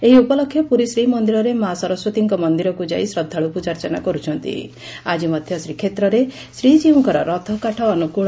ଏହି ଉପଲକ୍ଷେ ପୁରୀ ଶ୍ରୀମନ୍ଦିରରେ ମା ସରସ୍ୱତୀଙ୍କ ମନ୍ଦିରକୁ ଯାଇ ଶ୍ରଦ୍ଧାଳୁ ପୂଜାର୍ଚ୍ଚନା କରୁଛନ୍ତି ଆଜି ମଧ୍ଧ ଶ୍ରୀକ୍ଷେତ୍ରରେ ଶ୍ରୀଜୀଉଙ୍କର ରଥକାଠ ଅନୁକୂଳ ହେବ